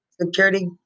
Security